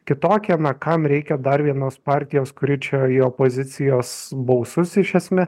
kitokie na kam reikia dar vienos partijos kuri čia į opozicijos balsus iš esmė